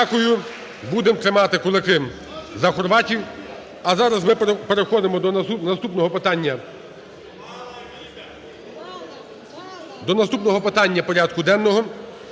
Дякую, будемо тримати кулаки за хорватів. А зараз ми переходимо до наступного питання, до наступного